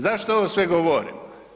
Zašto ovo sve govorim?